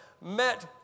met